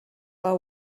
pas